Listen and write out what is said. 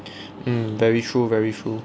mm very true very true